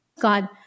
God